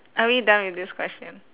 are we done with this question